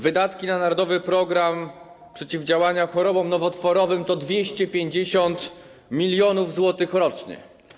Wydatki na narodowy program przeciwdziałania chorobom nowotworowym to 250 mln zł rocznie.